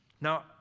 Now